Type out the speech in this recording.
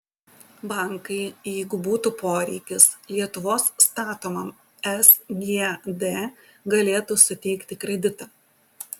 bankai jeigu būtų poreikis lietuvos statomam sgd galėtų suteikti kreditą